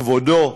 כבודו,